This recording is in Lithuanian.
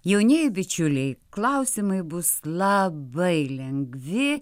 jaunieji bičiuliai klausimai bus labai lengvi